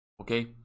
Okay